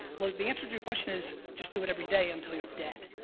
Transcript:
well the answer to your question is just do it every day until you're dead,